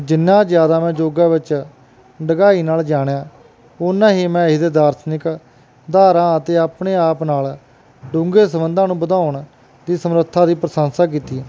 ਜਿੰਨਾ ਜ਼ਿਆਦਾ ਮੈਂ ਯੋਗਾ ਵਿੱਚ ਡੂੰਘਾਈ ਨਾਲ ਜਾਣਿਆ ਓਨਾ ਹੀ ਮੈਂ ਇਹਦੇ ਦਾਰਸ਼ਨਿਕ ਧਾਰਾ ਅਤੇ ਆਪਣੇ ਆਪ ਨਾਲ ਡੂੰਘੇ ਸੰਬੰਧਾਂ ਨੂੰ ਵਧਾਉਣ ਦੀ ਸਮਰੱਥਾ ਦੀ ਪ੍ਰਸ਼ੰਸਾ ਕੀਤੀ